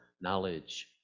knowledge